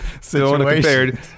situation